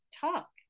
talk